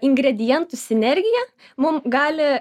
ingredientų sinergija mum gali